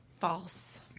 False